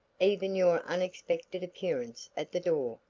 even your unexpected appearance at the door,